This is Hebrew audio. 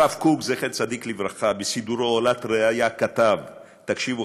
הרב קוק זצ"ל כתב בסידורו "עולת ראיה" תקשיבו,